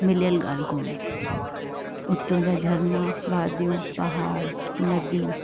मिलियलु ॻाल्हि कोन्हे उतां जा झरना वादियूं पहाड़ नदियूं